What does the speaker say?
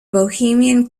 bohemian